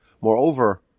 Moreover